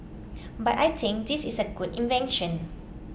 but I think this is a good invention